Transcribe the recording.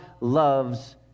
loves